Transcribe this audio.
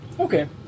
Okay